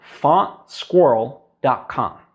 fontsquirrel.com